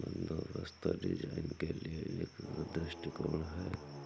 बंदोबस्त डिजाइन के लिए एक दृष्टिकोण है